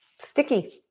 sticky